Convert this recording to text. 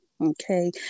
okay